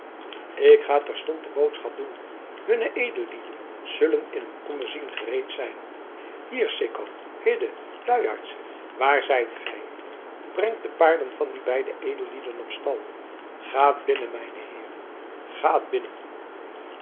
ik ga terstond de boodschap doen hunne edellieden zullen in een ommezien gereed zijn hier sikko hidde luiaards waar zijt gij brengt de paarden van die beide edellieden op stal gaat binnen mijne heeren gaat binnen